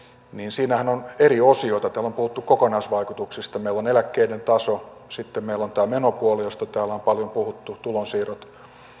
siinähän on eri osiot täällä on puhuttu kokonaisvaikutuksista meillä on eläkkeiden taso sitten meillä on tämä menopuoli josta täällä on paljon puhuttu tulonsiirrot